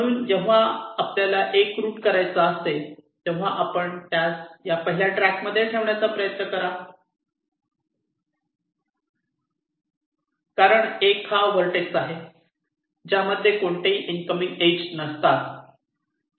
म्हणून जेव्हा आपल्याला 1 रूट करायचा असेल तेव्हा आपण त्यास या पहिल्या ट्रॅकमध्ये ठेवण्याचा प्रयत्न करा कारण 1 हा व्हर्टेक्स आहे ज्यामध्ये कोणतीही इनकमिंग इज नसतात